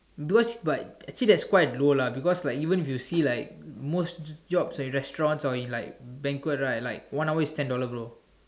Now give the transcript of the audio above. because but actually that is quite low lah because like even if you see like most job at restaurant or in like banquet right like one hour is ten dollar bro